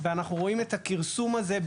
לאורך השנים אנחנו רואים שזה ממשלה אחרי ממשלה.